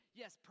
yes